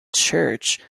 church